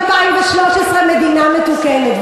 מדינה מתוקנת.